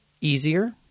easier